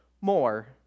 more